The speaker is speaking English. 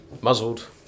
muzzled